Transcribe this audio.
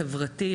חברתי,